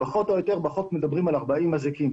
פחות או יותר בחוק מדברים על 40 מזיקים.